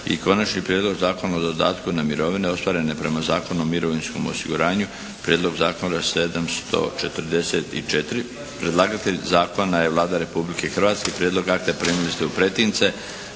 - Konačni prijedlog Zakona o dodatku na mirovinu ostvarene prema Zakonu o mirovinskom osiguranju, P.Z. br. 744 Predlagatelj zakona je Vlada Republike Hrvatske. Prijedlog akta primili ste u pretince.